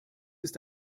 ist